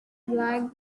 black